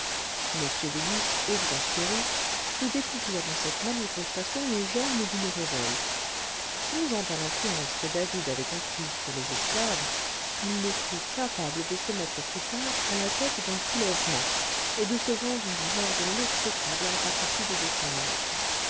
m willis exaspéré crut découvrir dans cette manifestation le germe d'une révolte songeant à l'influence que david avait acquise sur les esclaves il le crut capable de se mettre plus tard à la tête d'un soulèvement et de se venger alors de l'exécrable ingratitude de son maître